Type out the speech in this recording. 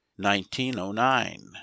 1909